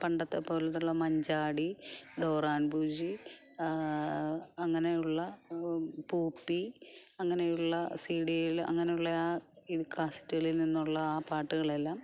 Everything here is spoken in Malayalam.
പണ്ടത്തെ പോലത്തുള്ള മഞ്ചാടി ഡോറ ആൻഡ് ബുജ്ജി അങ്ങനെയുള്ള പൂപ്പി അങ്ങനെയുള്ള സി ഡിൽ അങ്ങനെയുള്ള ആ കാസെറ്റിൽ നിന്നുള്ള ആ പാട്ടുകളെല്ലാം